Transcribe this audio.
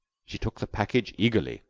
she took the package eagerly.